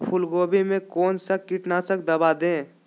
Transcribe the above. फूलगोभी में कौन सा कीटनाशक दवा दे?